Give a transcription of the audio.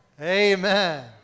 Amen